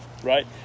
Right